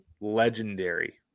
legendary